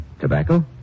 Tobacco